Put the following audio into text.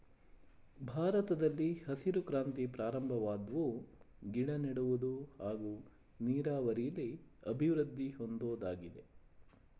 ಭಾರತದಲ್ಲಿ ಹಸಿರು ಕ್ರಾಂತಿ ಪ್ರಾರಂಭವಾದ್ವು ಗಿಡನೆಡುವುದು ಹಾಗೂ ನೀರಾವರಿಲಿ ಅಭಿವೃದ್ದಿ ಹೊಂದೋದಾಗಿದೆ